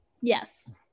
Yes